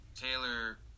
Taylor